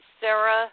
Sarah